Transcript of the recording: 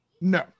No